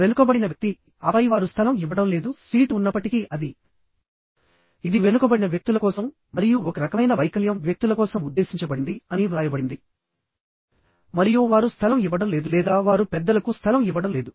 వెనుకబడిన వ్యక్తి ఆపై వారు స్థలం ఇవ్వడం లేదు మరియు సీటు ఉన్నప్పటికీ అది ఇది వెనుకబడిన వ్యక్తుల కోసం మరియు ఒక రకమైన వైకల్యం వ్యక్తుల కోసం ఉద్దేశించబడింది అని వ్రాయబడింది మరియు వారు స్థలం ఇవ్వడం లేదు లేదా వారు పెద్దలకు స్థలం ఇవ్వడం లేదు